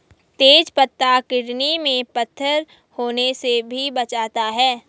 तेज पत्ता किडनी में पत्थर होने से भी बचाता है